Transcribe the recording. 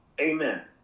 amen